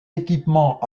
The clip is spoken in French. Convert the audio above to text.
équipements